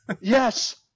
yes